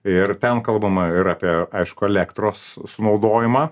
ir ten kalbama ir apie aišku elektros sunaudojimą